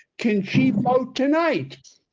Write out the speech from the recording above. can she vote tonight?